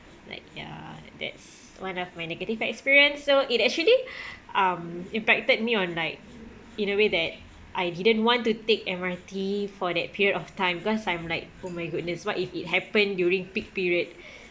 like ya that's one of my negative experience so it actually um impacted me on like in a way that I didn't want to take M_R_T for that period of time cause I'm like oh my goodness what if it happened during peak period